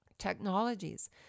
Technologies